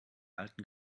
alten